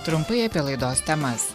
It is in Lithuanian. trumpai apie laidos temas